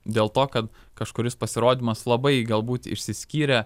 dėl to kad kažkuris pasirodymas labai galbūt išsiskyrė